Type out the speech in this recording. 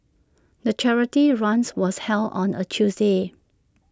the charity runs was held on A Tuesday